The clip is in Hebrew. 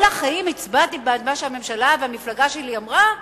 כל החיים הצבעתי בעד מה שהממשלה והמפלגה שלי אמרה?